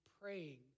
praying